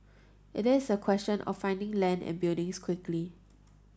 it is a question of finding land and buildings quickly